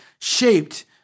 shaped